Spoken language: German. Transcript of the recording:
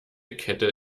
kette